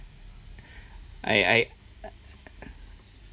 I I